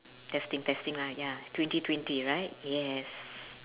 testing testing lah ya twenty twenty right yes